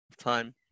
time